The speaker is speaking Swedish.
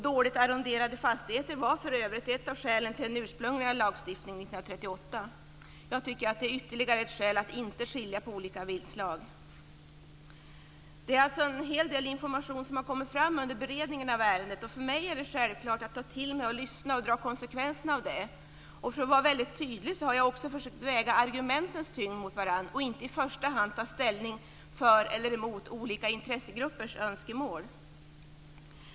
Dåligt arronderade fastigheter var för övrigt ett av skälen till den ursprungliga lagstiftningen 1938. Jag tycker att det är ytterligare ett skäl att inte skilja på olika viltslag. Det är alltså en hel del information som har kommit fram under beredningen av ärendet. För mig är det självklart att ta till mig, lyssna och dra konsekvenserna av det. För att vara väldigt tydlig har jag också försökt väga argumenten mot varandra och inte i första hand ta ställning för eller emot olika intressegruppers önskemål.